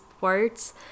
words